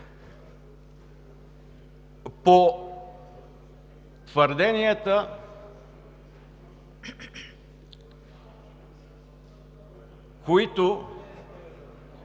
По твърденията, които